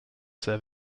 serve